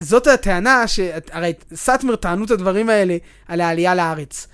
זאת הטענה ש... הרי סטמר טענו את הדברים האלה על העלייה לארץ.